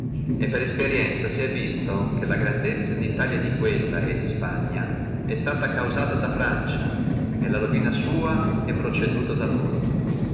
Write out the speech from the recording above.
e per esperienzia sè visto che la grandezza in italia di quella e di spagna è stata causata da francia e la ruina sua causata da loro